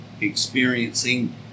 experiencing